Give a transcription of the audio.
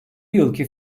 yılki